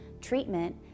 treatment